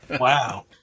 Wow